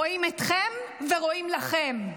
רואים אתכם ורואים לכם.